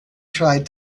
tried